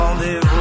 rendez-vous